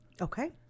Okay